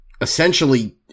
essentially